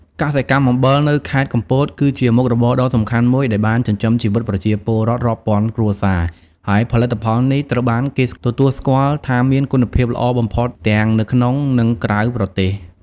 កសិកម្មអំបិលនៅខេត្តកំពតគឺជាមុខរបរដ៏សំខាន់មួយដែលបានចិញ្ចឹមជីវិតប្រជាពលរដ្ឋរាប់ពាន់គ្រួសារ ហើយផលិតផលនេះត្រូវបានគេទទួលស្គាល់ថាមានគុណភាពល្អបំផុតទាំងនៅក្នុងនិងក្រៅប្រទេស។